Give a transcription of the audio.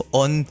on